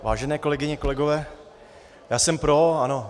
Vážené kolegyně, kolegové, jsem pro, ano.